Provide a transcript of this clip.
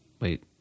Wait